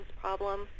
problem